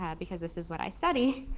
yeah because this is what i study,